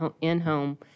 in-home